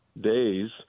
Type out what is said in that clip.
days